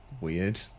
weird